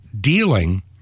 dealing